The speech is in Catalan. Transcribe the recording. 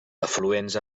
afluents